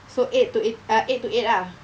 so eight to eight err eight to eight ah